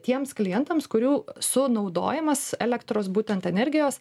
tiems klientams kurių sunaudojimas elektros būtent energijos